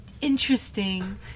interesting